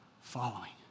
following